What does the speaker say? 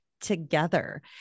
together